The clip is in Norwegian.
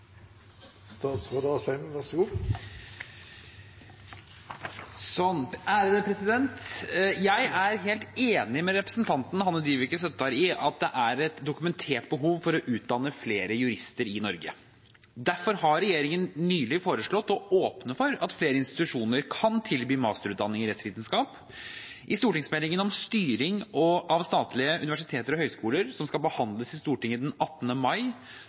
et dokumentert behov for å utdanne flere jurister i Norge. Derfor har regjeringen nylig foreslått å åpne for at flere institusjoner kan tilby masterutdanning i rettsvitenskap. I stortingsmeldingen om styring av statlige universiteter og høyskoler, som skal behandles i Stortinget 18. mai,